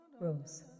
Rose